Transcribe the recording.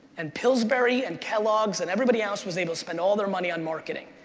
and pillsbury and kellogg's and everybody else was able to spend all their money on marketing.